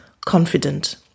confident